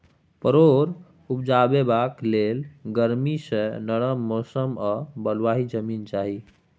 परोर उपजेबाक लेल गरमी सँ नरम मौसम आ बलुआही जमीन चाही